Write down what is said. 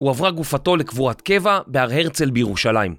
הועברה גופתו לקבורת קבע בהר הרצל בירושלים